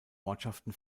ortschaften